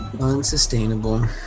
Unsustainable